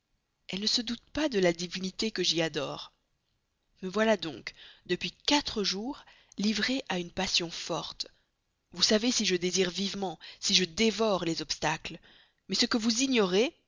elle ne se doute pas de la divinité que j'y adore me voilà donc depuis quatre jours livré à une passion forte vous savez si je désire vivement si je dévore les obstacles mais ce que vous ignorez